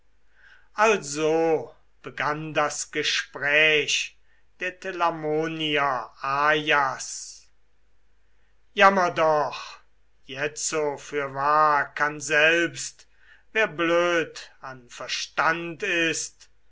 also begann das gespräch der telamonier ajas jammer doch jetzo fürwahr kann selbst wer blöd an verstand ist